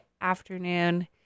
afternoon